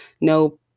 no